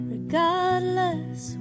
Regardless